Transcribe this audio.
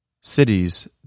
cities